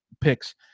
picks